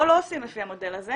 פה לא עושים לפי המודל הזה,